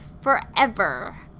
forever